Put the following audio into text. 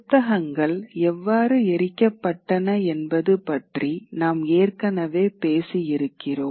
புத்தகங்கள் எவ்வாறு எரிக்கப்பட்டன என்பது பற்றி நாம் ஏற்கனவே பேசியிருக்கிறோம்